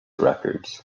records